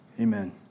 Amen